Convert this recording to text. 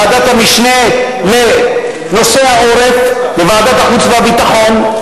ועדת המשנה לנושא העורף בוועדת החוץ והביטחון.